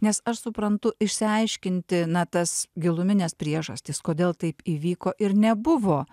nes aš suprantu išsiaiškinti na tas gilumines priežastis kodėl taip įvyko ir nebuvo